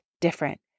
different